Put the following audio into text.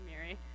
Mary